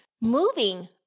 Moving